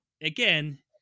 again